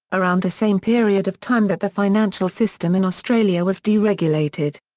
around the same period of time that the financial system in australia was deregulated.